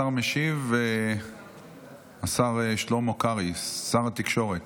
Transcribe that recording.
השר המשיב, השר שלמה קרעי, שר התקשורת.